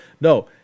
no